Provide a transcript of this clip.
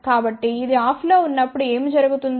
కాబట్టి ఇది ఆఫ్లో ఉన్నప్పుడు ఏమి జరుగుతుంది